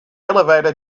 elevator